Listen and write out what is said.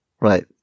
Right